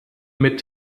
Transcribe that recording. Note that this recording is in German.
mit